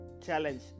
challenge